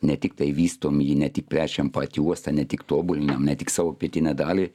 ne tiktai vystom jį ne tik plečiam patį uostą ne tik tobulinam ne tik savo pietinę dalį